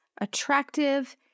attractive